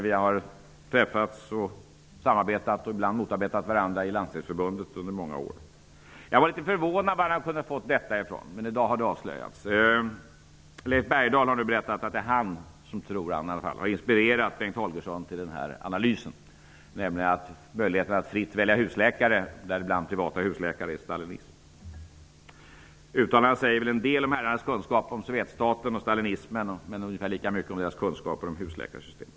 Vi har träffats, samarbetat och ibland motarbetat varandra i Landstingsförbundet under många år. Jag undrade litet över var han hade fått detta ifrån, men i dag har det avslöjats. Leif Bergdahl har nu berättat att han tror att det är han som har inspirerat Bengt Holgersson till analysen att möjligheten att fritt välja husläkare, däribland privata husläkare, är stalinism. Uttalandet säger väl en del om herrarnas kunskaper om Sovjetstaten och stalinismen och ungefär lika mycket om deras kunskaper om husläkarsystemet.